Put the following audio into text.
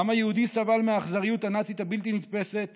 העם היהודי סבל מהאכזריות הנאצית הבלתי-נתפסת